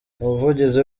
umuvugizi